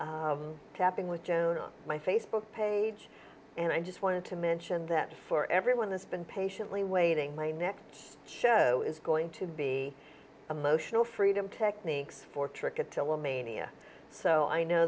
with tapping with joan on my facebook page and i just wanted to mention that for everyone that's been patiently waiting my next show is going to be emotional freedom techniques for trick it till mania so i know